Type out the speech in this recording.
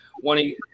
wanting